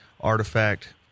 artifact